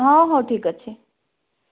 ହଁ ହଉ ଠିକ୍ ଅଛି